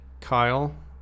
Kyle